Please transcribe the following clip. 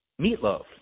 Meatloaf